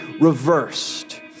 reversed